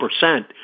percent